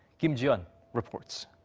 kim ji-yeon reports.